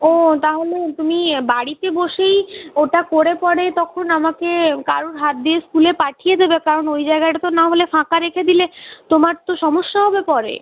ও তাহলে তুমি বাড়িতে বসেই ওটা করে পরে তখন আমাকে কারুর হাত দিয়ে স্কুলে পাঠিয়ে দেবে কারণ ওই জায়গাটা তো নাহলে ফাঁকা রেখে দিলে তোমার তো সমস্যা হবে পরে